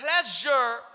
pleasure